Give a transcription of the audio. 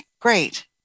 great